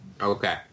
Okay